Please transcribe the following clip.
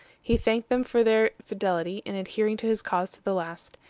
he thanked them for their fidelity in adhering to his cause to the last,